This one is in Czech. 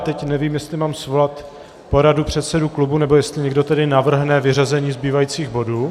Teď nevím, jestli mám svolat poradu předsedů klubů, nebo jestli někdo tedy navrhne vyřazení zbývajících bodů.